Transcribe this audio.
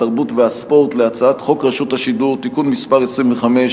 התרבות והספורט להצעת חוק רשות השידור (תיקון מס' 25),